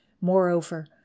Moreover